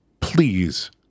please